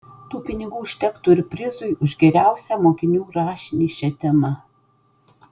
tų pinigų užtektų ir prizui už geriausią mokinių rašinį šia tema